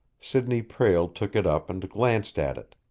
sidney prale took it up and glanced at it.